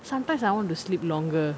sometimes I want to sleep longer